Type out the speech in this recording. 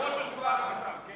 בראש השולחן הקטן, כן.